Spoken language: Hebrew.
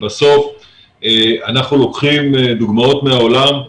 בסוף אנחנו לוקחים דוגמאות מהעולם.